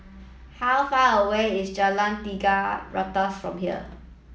how far away is Jalan Tiga Ratus from here